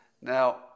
Now